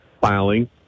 filing